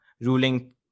ruling